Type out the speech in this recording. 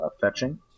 fetching